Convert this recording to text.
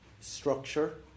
structure